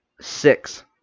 Six